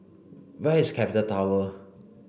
where is Capital Tower